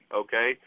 okay